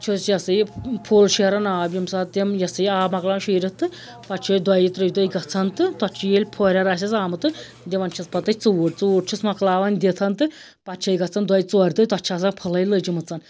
چھِ أسۍ یہِ ہَسا یہِ فُل شیران آب ییٚمہِ ساتہٕ تِم یہِ ہَسا یہِ آب مۄکلاوَن شیٖرِتھ تہٕ پَتہٕ چھِ أسۍ دۄیہِ ترٛیٚیہِ دۄہہِ گَژھان تہٕ تتھ چھِ ییٚلہِ پھوٚہریر آسٮ۪س آمُت تہٕ دِوان چھِس پَتہٕ أسۍ ژوٗر ژوٗر چھِس مۄکلاوان دِتھ تہٕ پَتہٕ چھِ أسۍ گَژھان دۄیہِ ژورِ دۄہہِ تتھ چھِ آسان پھٕلَے لٔجمٕژ